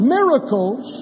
Miracles